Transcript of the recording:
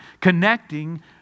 connecting